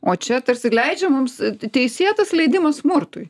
o čia tarsi leidžia mums teisėtas leidimas smurtui